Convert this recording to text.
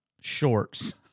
shorts